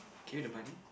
carry the bunny